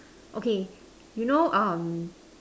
okay you know um